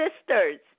sisters